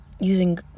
using